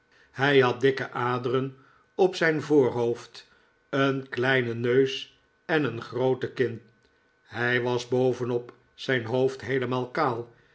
hij had dikke aderen op zijn voorhoofd een kleinen neus en een groote kin hij was boven op zijn hoofd heelemaal kaal